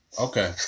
Okay